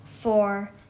Four